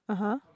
(uh huh)